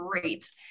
great